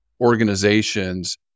organizations